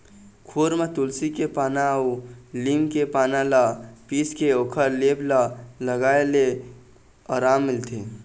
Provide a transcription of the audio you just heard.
खुर म तुलसी के पाना अउ लीम के पाना ल पीसके ओखर लेप ल लगाए ले अराम मिलथे